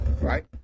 Right